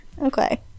okay